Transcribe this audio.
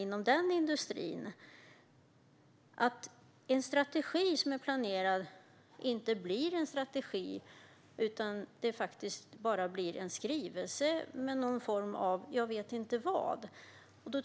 Nu ser vi att en planerad strategi bara blir en skrivelse med lite oklart innehåll.